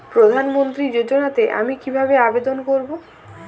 প্রধান মন্ত্রী যোজনাতে আমি কিভাবে আবেদন করবো?